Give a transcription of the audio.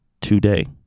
today